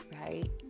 right